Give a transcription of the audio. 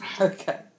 okay